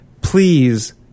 Please